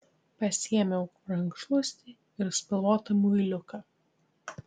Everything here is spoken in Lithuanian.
pasiėmiau rankšluostį ir spalvotą muiliuką